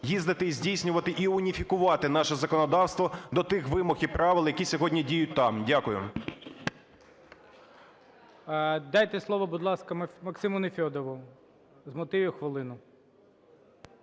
їздити і здійснювати, і уніфікувати наше законодавство до тих вимог і правил, які сьогодні діють там. Дякую. ГОЛОВУЮЧИЙ. Дайте слово, будь ласка, Максиму Нефьодову з мотивів – хвилина.